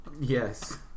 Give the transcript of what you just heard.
Yes